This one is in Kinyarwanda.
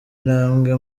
intambwe